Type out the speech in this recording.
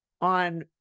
on